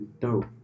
dope